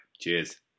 Cheers